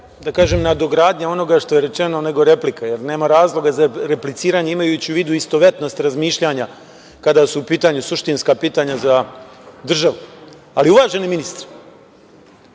da kažem nadogradnja onoga što je rečeno, nego replika, jer nema razloga za repliciranje imajući u vidu istovetnost razmišljanja kada su u pitanju suštinska pitanja za državu. Ali, uvaženi ministre,